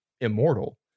immortal